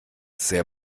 sehr